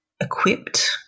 equipped